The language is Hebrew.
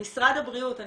משרד הבריאות,